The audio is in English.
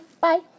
bye